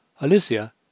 Alicia